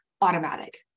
automatic